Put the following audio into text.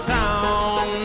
town